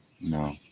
No